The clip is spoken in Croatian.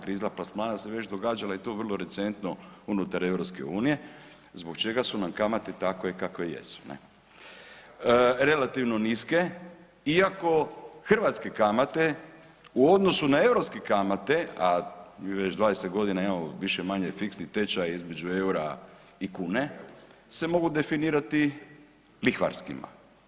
Kriza plasmana se već događala i to vrlo recentno unutar EU zbog čega su nam kamate takve kakve jesu ne, relativno niske iako hrvatske kamate u odnosu na europske kamate, a mi već 20 godina imamo više-manje fiksni tečaj između EUR-a i kune, se mogu definirati lihvarskim.